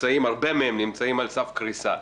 שהרבה מהן נמצאות על סף קריסה.